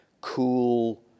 cool